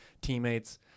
teammates